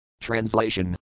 Translation